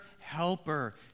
helper